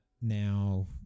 now